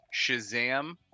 Shazam